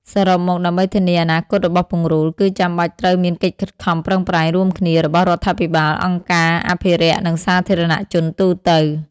សរុបមកដើម្បីធានាអនាគតរបស់ពង្រូល គឺចាំបាច់ត្រូវមានកិច្ចខិតខំប្រឹងប្រែងរួមគ្នារបស់រដ្ឋាភិបាល អង្គការអភិរក្ស និងសាធារណជនទូទៅ។